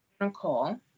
Nicole